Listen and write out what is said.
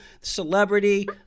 celebrity